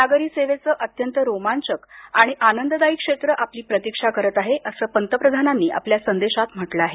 नागरी सेवेचं अत्यंत रोमांचक आणि आनंददाई क्षेत्र आपली प्रतीक्षा करत आहे असं पंतप्रधानांनी आपल्या संदेशात म्हटलं आहे